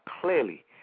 clearly